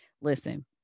Listen